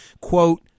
quote